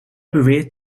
beweert